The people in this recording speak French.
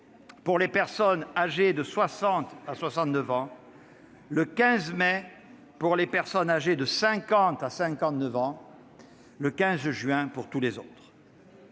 pour les personnes âgées de 60 ans à 69 ans ; le 15 mai pour les personnes âgées de 50 ans à 59 ans ; le 15 juin pour tous les autres.